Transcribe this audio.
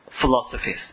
philosophies